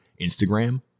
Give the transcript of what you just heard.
Instagram